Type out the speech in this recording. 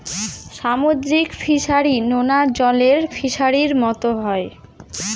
সামুদ্রিক ফিসারী, নোনা জলের ফিসারির মতো হয়